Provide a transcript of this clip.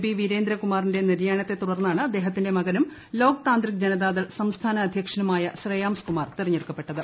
P വീരേന്ദ്രകുമാറിന്റെ നിര്യാണത്തെ തുടർന്നാണ് അദേഹത്തിന്റെ മകനും ലോക് താന്ത്രിക് ജനതാദൾ സംസ്ഥാന അധ്യക്ഷനുമായ ശ്രേയാംസ് കുമാർ തിരഞ്ഞെടുക്കപ്പെട്ടത്